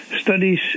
studies